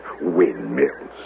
Windmills